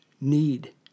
need